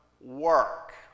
work